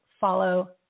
Follow